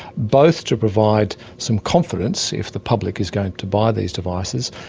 both to provide some confidence if the public is going to buy these devices,